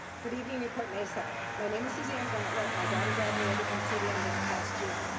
good evening newport-mesa. my name is suzanne gauntlet. my daughter graduated from cdm this past june.